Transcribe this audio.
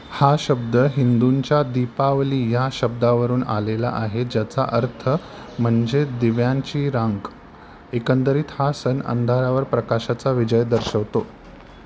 हा शब्द हिंदूंच्या दीपावली या शब्दावरून आलेला आहे ज्याचा अर्थ म्हणजे दिव्यांची रांग एकंदरीत हा सण अंधारावर प्रकाशाचा विजय दर्शवतो